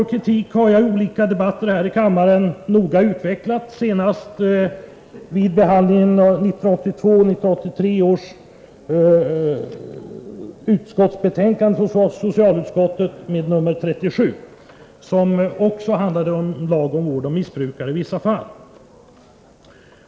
Jag har i olika debatter här i kammaren noga utvecklat grunden för vår kritik, senast vid behandlingen av 1982/83 års utskottsbetänkande nr 37 från socialutskottet, som också handlade om lagen om vård av missbrukare i vissa fall.